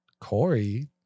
Corey